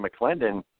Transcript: McClendon